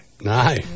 No